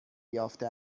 یافته